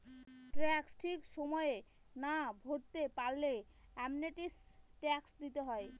tax ঠিক সময়ে না ভরতে পারলে অ্যামনেস্টি ট্যাক্স দিতে হয়